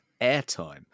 airtime